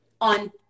on